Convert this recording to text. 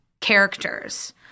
characters